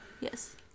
Yes